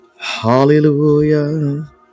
Hallelujah